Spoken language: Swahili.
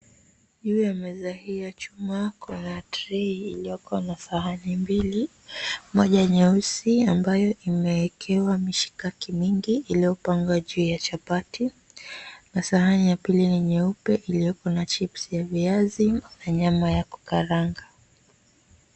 Juu ya meza hii ya chuma kuna tray iliyoko na sahani mbili, moja nyeusi ambayo imeekewa mishikaki mingi iliyopangwa juu ya shabati na sahani ya pili ni nyeupe iliyoko na chips ya viazi na nyama ya kukaranga.